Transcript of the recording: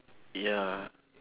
ya